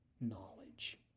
knowledge